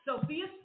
Sophia